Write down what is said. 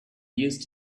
used